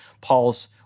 Paul's